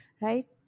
right